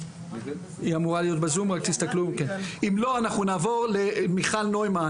מפרופ' אשר כהן שמונתה סגנית נשיא לנושא של גיוון ומיגדר.